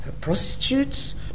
prostitutes